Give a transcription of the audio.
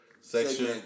section